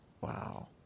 Wow